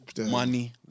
Money